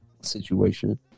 situation